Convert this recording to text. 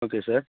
okay sir